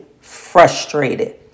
frustrated